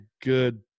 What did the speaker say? good